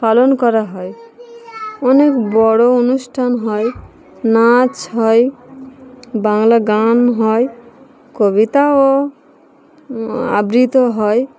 পালন করা হয় অনেক বড়ো অনুষ্ঠান হয় নাচ হয় বাংলা গান হয় কবিতাও আবৃত্তি হয়